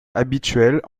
habituels